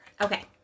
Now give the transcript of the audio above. Okay